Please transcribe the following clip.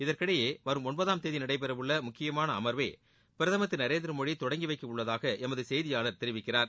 இதற்கிடையே வரும் ஒன்பதாம் தேதி நடைபெற உள்ள முக்கியமான அமர்வை பிரதமர் திரு நரேந்திரமோடி தொடங்கி வைக்க உள்ளதாக எமது செய்தியாளர் தெரிவிக்கிறார்